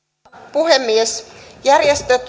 puhemies järjestöt